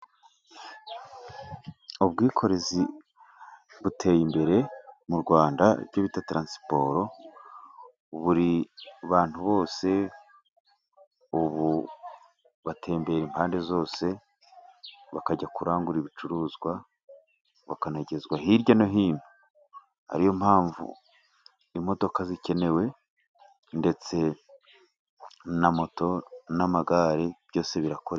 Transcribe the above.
Ubwikorezi buteye imbere mu Rwanda. Ibyo bita taransiporo buri bantu bose, ubu batembera impande zose, bakajya kurangura ibicuruzwa, bakanagezwa hirya no hino. Ni yo mpamvu imodoka zikenewe, ndetse na moto n'amagare, byose birakoreshwa.